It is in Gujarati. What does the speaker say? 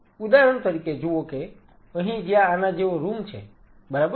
ઉદાહરણ તરીકે જુઓ કે અહીં જ્યાં આના જેવો રૂમ છે બરાબર